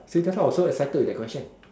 see that's why I was so excited with the question